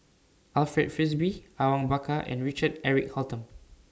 Alfred Frisby Awang Bakar and Richard Eric Holttum